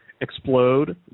explode